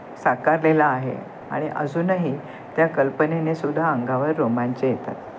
साकारलेला आहे आणि अजूनही त्या कल्पनेने सुद्धा अंगावर रोमांच येतात